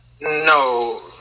No